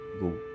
go